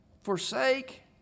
Forsake